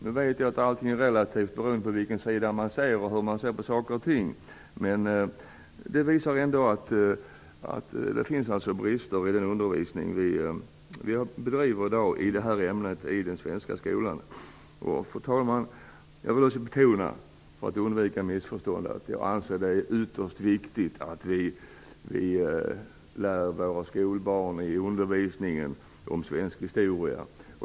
Nu vet jag att allting är relativt beroende på från vilken sida man ser saker och ting, men det visar ändå att det finns brister i den undervisning vi bedriver i dag i det här ämnet i den svenska skolan. Fru talman! För att undvika missförstånd vill jag också betona att jag anser att det är ytterst viktigt att vi lär våra skolbarn svensk historia.